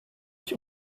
ich